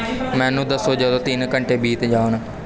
ਮੈਨੂੰ ਦੱਸੋ ਜਦੋਂ ਤਿੰਨ ਘੰਟੇ ਬੀਤ ਜਾਣ